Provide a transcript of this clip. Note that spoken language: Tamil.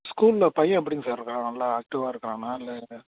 ஸ்கூலில் பையன் எப்படிங்க சார் இருக்கான் நல்லா ஆக்டிவாக இருக்கிறானா இல்லை